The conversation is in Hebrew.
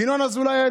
ינון אזולאי,